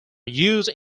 used